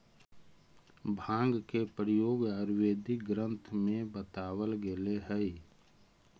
भाँग के प्रयोग आयुर्वेदिक ग्रन्थ में बतावल गेलेऽ हई